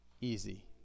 easy